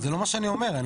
זה לא מה שאני אומר.